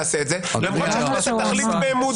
או לא במידה שעולה על הנדרש.